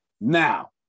Now